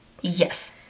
Yes